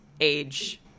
age